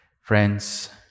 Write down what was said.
Friends